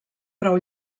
prou